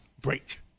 break